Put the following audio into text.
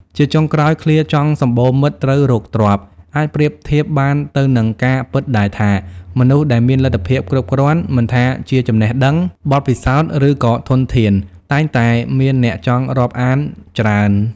ជាចុងក្រោយឃ្លា ចង់សំបូរមិត្ត ត្រូវរកទ្រព្យ អាចប្រៀបធៀបបានទៅនឹងការពិតដែលថា មនុស្សដែលមានលទ្ធភាពគ្រប់គ្រាន់ មិនថាជាចំណេះដឹង បទពិសោធន៍ ឬក៏ធនធាន តែងតែមានអ្នកចង់រាប់អានច្រើន។